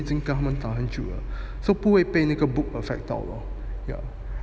已经跟他们打很久了不会被那个 book affect lor